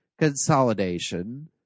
consolidation